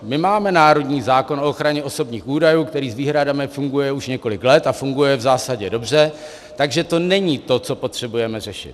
My máme národní zákon o ochraně osobních údajů, který s výhradami funguje už několik let a funguje v zásadě dobře, takže to není to, co potřebujeme řešit.